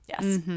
yes